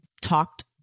talked